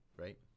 right